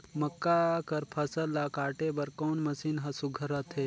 मक्का कर फसल ला काटे बर कोन मशीन ह सुघ्घर रथे?